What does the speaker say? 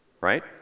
right